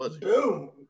Boom